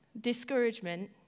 Discouragement